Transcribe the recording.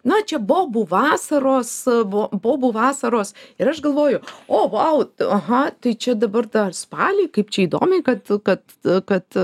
na čia bobų vasaros buvo bobų vasaros ir aš galvoju oho oho tai čia dabar dar spalį kaip čia įdomiai kad kad kad